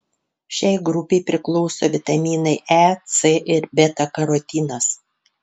šiai grupei priklauso vitaminai e c ir beta karotinas